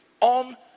on